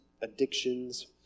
addictions